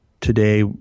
today